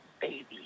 baby